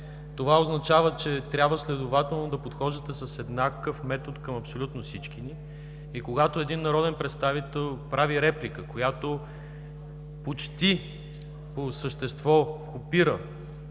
Това означава, че трябва следователно да подхождате с еднакъв метод към абсолютно всички ни и когато един народен представител прави реплика, която почти по същество копира